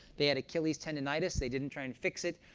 they had achilles tendinitis. they didn't try and fix it,